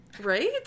Right